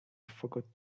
forgot